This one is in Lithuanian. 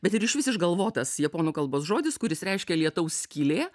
bet ir išvis išgalvotas japonų kalbos žodis kuris reiškia lietaus skylė